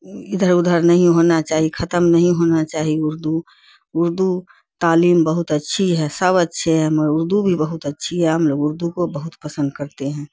ادھر ادھر نہیں ہونا چاہیے ختم نہیں ہونا چاہیے اردو اردو تعلیم بہت اچھی ہے سب اچھے ہے مگر اردو بھی بہت اچھی ہے ہم لوگ اردو کو بہت پسند کرتے ہیں